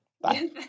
Bye